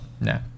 No